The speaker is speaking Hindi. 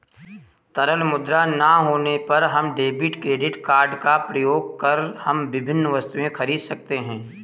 तरल मुद्रा ना होने पर हम डेबिट क्रेडिट कार्ड का प्रयोग कर हम विभिन्न वस्तुएँ खरीद सकते हैं